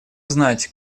знать